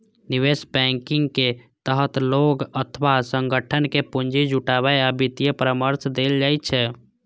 निवेश बैंकिंग के तहत लोग अथवा संगठन कें पूंजी जुटाबै आ वित्तीय परामर्श देल जाइ छै